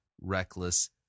reckless